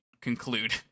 conclude